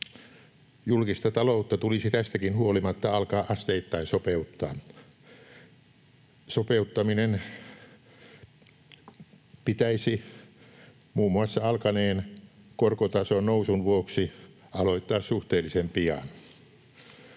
Julkista taloutta tulisi tästäkin huolimatta alkaa asteittain sopeuttaa. Sopeuttaminen pitäisi muun muassa alkaneen korkotason nousun vuoksi aloittaa suhteellisen pian.